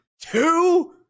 Two